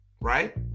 right